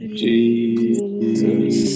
jesus